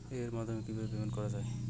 এর মাধ্যমে কিভাবে পেমেন্ট করা য়ায়?